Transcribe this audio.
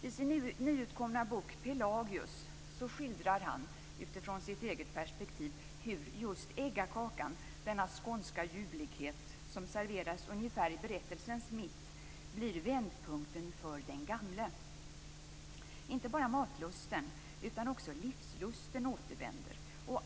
I sin nyutkomna bok Pelagius skildrar han utifrån sitt eget perspektiv hur just äggakakan, denna skånska ljuvlighet, som serveras ungefär i berättelsens mitt, blir vändpunkten för Den Gamle. Inte bara matlusten utan också livslusten återvänder.